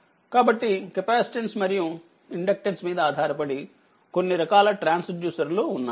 కాబట్టికెపాసిటన్స్ మరియు ఇండక్టెన్స్ మీద ఆధారపడి కొన్ని రకాల ట్రాన్స్ డ్యూసర్లు ఉన్నాయి